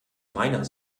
meiner